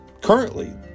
Currently